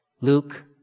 Luke